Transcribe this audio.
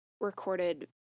recorded